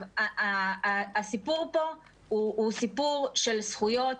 הסיפור פה הוא סיפור של זכויות.